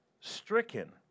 stricken